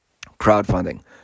crowdfunding